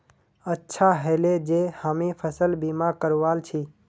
अच्छा ह ले जे हामी फसल बीमा करवाल छि